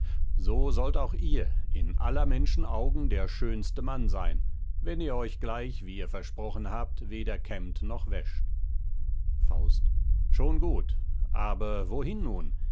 so sollt auch ihr in aller menschen augen der schönste mann sein wenn ihr euch gleich wie ihr versprochen habt weder kämmt noch wäscht faust schon gut aber wohin nun